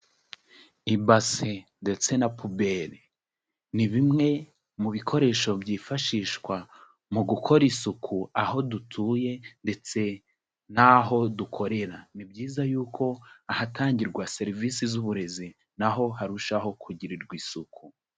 Ibase ndetse na pubere; ni bimwe mu bikoresho byifashishwa mu gukora isuku aho dutuye ndetse n'aho dukorera. Ni byiza yuko ahatangirwa serivisi z'uburezi naho harushaho kugirirwa isuku.